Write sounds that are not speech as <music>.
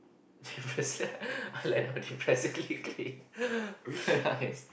depressing <breath> I like how depressively clean <breath> nice <laughs>